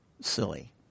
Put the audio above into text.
silly